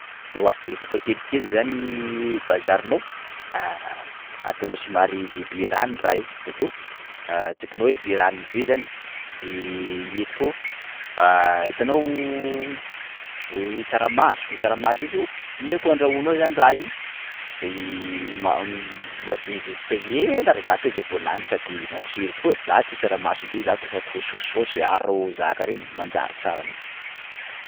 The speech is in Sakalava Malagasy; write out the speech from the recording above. Ewa, io koafa kelikely zany bazary nao, ataonao somary be be ranony raha io, bakeo tsy ataonao hoe be ranony be zany ai, de mety koa ah hitanao tsaramaso, tsaramaso io zio io zao koa andrahonao raha iny de ma mandiny jusqu'a ela ra zaka io raha io zay vao lany, sady matsiro koa ai, zah tia tsaramaso be zah koa fa atao saosisaosy aharo zaka reny, manjary tsara mintsy ai.